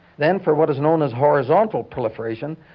then for what is known as horizontal proliferation,